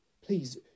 Please